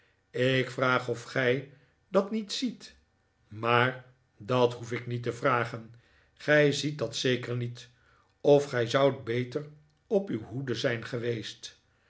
ik vraag of gij dat niet ziet maar dat hoef ik niet te vragen gij ziet dat zeker niet of gij zoudt beter op uw hoede zijn geweest